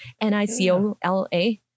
N-I-C-O-L-A